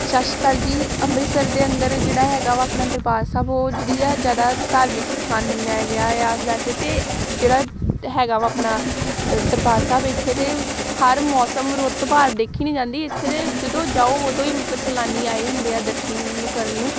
ਸਤਿ ਸ਼੍ਰੀ ਅਕਾਲ ਜੀ ਅੰਮ੍ਰਿਤਸਰ ਦੇ ਅੰਦਰ ਜਿਹੜਾ ਹੈਗਾ ਵਾ ਆਪਣਾ ਦਰਬਾਰ ਸਾਹਿਬ ਉਹ ਜਿਹੜੀ ਆ ਜਗ੍ਹਾ ਧਾਰਮਿਕ ਸਥਾਨ ਮੰਨਿਆ ਗਿਆ ਆ ਵੈਸੇ ਤਾਂ ਜਿਹੜਾ ਹੈਗਾ ਵਾ ਆਪਣਾ ਅ ਦਰਬਾਰ ਸਾਹਿਬ ਇੱਥੇ ਤਾਂ ਹਰ ਮੌਸਮ ਰੁੱਤ ਭਰ ਦੇਖੀ ਨਹੀਂ ਜਾਂਦੀ ਇੱਥੇ ਤਾਂ ਜਦੋਂ ਜਾਓ ਉਦੋਂ ਹੀ ਮਤਲਬ ਸੈਲਾਨੀ ਆਏ ਹੁੰਦੇ ਆ ਦਰਸ਼ਨ ਕਰਨ ਨੂੰ